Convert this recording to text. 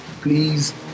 please